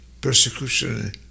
persecution